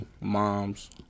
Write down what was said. Moms